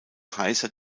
heißer